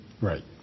Right